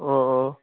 অঁ অঁ